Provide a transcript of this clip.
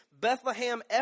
Bethlehem